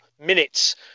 minutes